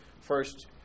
first